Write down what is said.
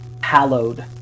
hallowed